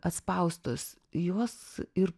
atspaustos jos ir